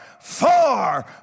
far